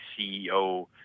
CEO